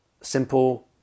simple